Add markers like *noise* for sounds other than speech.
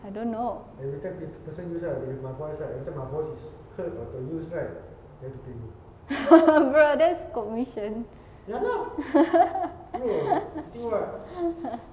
I don't know *laughs* bro that's commission